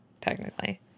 technically